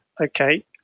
okay